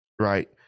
right –